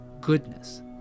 goodness